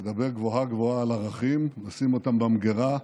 לדבר גבוהה-גבוהה על ערכים, לשים אותם במגירה,